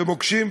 ומוקשים,